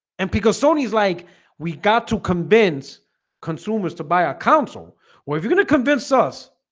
and because sony's like we got to convince consumers to buy a console or if you're gonna convince us